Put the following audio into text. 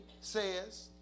says